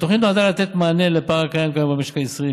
התוכנית נועדה לתת מענה לפער הקיים כיום במשק הישראלי